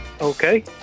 Okay